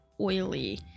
oily